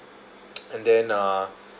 and then uh